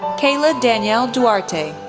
kayla danielle duarte,